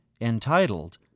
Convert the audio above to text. entitled